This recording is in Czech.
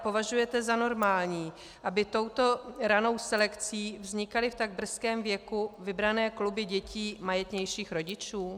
Považujete za normální, aby touto ranou selekcí vznikaly v tak brzkém věku vybrané kluby dětí majetnějších rodičů?